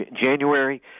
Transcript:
January